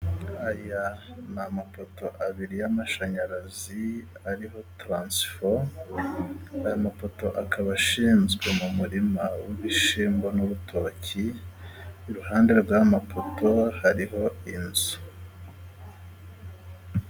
Aya ni amapoto abiri y'amashanyarazi ariho taransifo, aya mapoto akaba ashinzwe mu murima w'ibishyimbo n'urutoki , iruhande rw'aya mapoto hariho inzu.